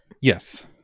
Yes